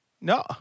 No